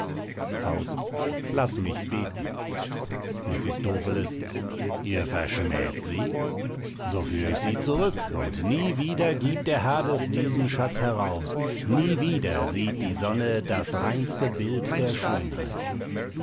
faust laß mich beten mephistopheles ihr verschmäht sie so führ ich sie zurück und nie wieder giebt der hades diesen schatz heraus nie wieder sieht die sonne das reinste bild der schönheit